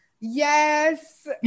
yes